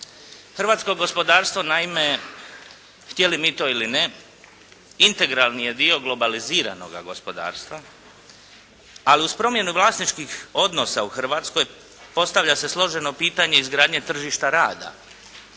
Hrvatsko gospodarstvo naime htjeli mi to ili ne, integralni je dio globaliziranoga gospodarstva, ali uz promjenu vlasničkih odnosa u Hrvatskoj postavlja se složeno pitanje izgradnje tržišta rada